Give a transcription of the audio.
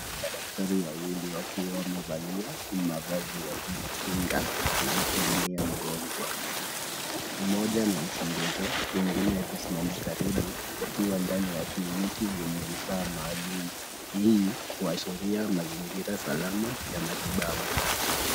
Madaktari wawili wakiwa wamevalia mavazi ya kujikinga anamhudumia mgonjwa. Mmoja anamchunguza wengine wamesimama karibu wakiwa ndani ya kliniki yenye vifaa maalum. Hii huashiria mazingira salama ya matibabu.